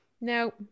No